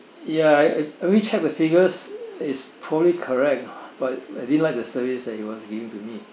ya I already checked the figures is probably correct but I didn't like the service that he was giving to me